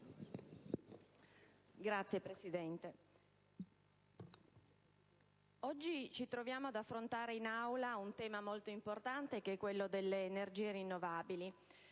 Signora Presidente, oggi ci troviamo ad affrontare in Aula un tema molto importante, che è quello delle energie rinnovabili.